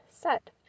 set